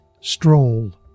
stroll